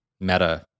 Meta